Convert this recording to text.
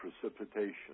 precipitation